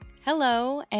Hello